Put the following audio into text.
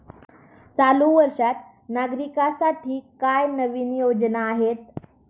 चालू वर्षात नागरिकांसाठी काय नवीन योजना आहेत?